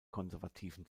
konservativen